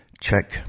check